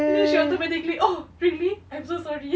then she automatically oh really I'm so sorry